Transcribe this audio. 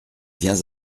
viens